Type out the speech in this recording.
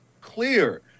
clear